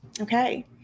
Okay